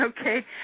Okay